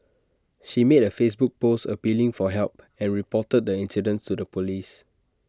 she made A Facebook post appealing for help and reported the incident to the Police